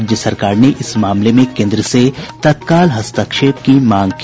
राज्य सरकार ने इस मामले में केन्द्र से तत्काल हस्तक्षेप की मांग की